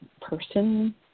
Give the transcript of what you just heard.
person